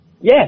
Yes